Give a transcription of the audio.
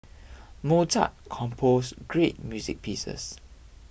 Mozart composed great music pieces